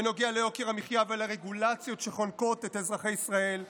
בנוגע ליוקר המחיה ולרגולציות שחונקות את אזרחי ישראל,